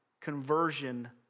conversion